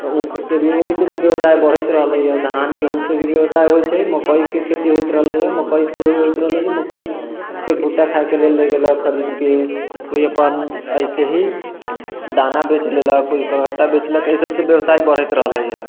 तऽ ऊख से भी ओहि से भी व्यवसाय बढ़ैत रहलै धान गेहूॅं से भी व्यवसाय होइ छै मकइके खेती होइत रहलैए मकइ से भी ओहे होइत रहलैए मकइ कोइ भुट्टा खाए ला ले गेलक खरीदके कोइ अपन ऐसे ही दाना बेच लेलक कोइ ओकर आटा बेचलक एहि सबसँ व्यवसाय बढ़ैत रहलैए